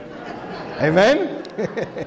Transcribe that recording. Amen